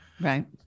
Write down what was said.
Right